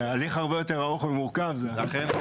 זה הליך הרבה יותר ארוך ומורכב --- רגע.